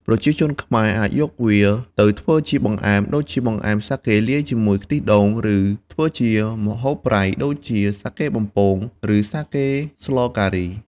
ប្រជាជនខ្មែរអាចយកវាទៅធ្វើជាបង្អែម ដូចជាបង្អែមសាកេលាយជាមួយខ្ទិះដូង ឬធ្វើជាម្ហូបប្រៃ ដូចជាសាកេបំពង ឬសាកេស្លការី។